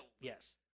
Yes